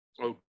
okay